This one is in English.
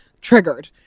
Triggered